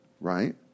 Right